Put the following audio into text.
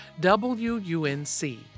WUNC